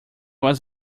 was